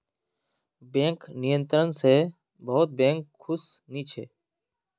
bank नियंत्रण स बहुत बैंक खुश नी छ